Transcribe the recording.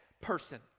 person